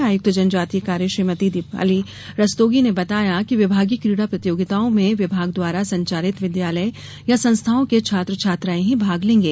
आयुक्त जनजातीय कार्य श्रीमती दीपाली रस्तोगी ने बताया कि विभागीय कीडा प्रतियोगिताओं में विभाग द्वारा संचालित विद्यालय या संस्थाओं के छात्र छात्राएं ही भाग लेंगे